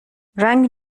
رنگ